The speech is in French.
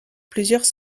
plusieurs